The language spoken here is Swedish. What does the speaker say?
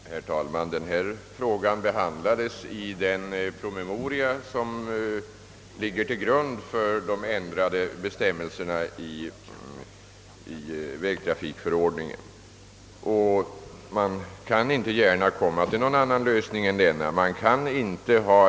Herr talman! Denna fråga behandlades i den PM som ligger till grund för de ändrade bestämmelserna i vägtrafikförordningen. Man kan inte gärna komma till någon annan lösning än den vi har kommit till.